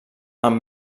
amb